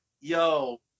yo